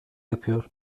yapıyor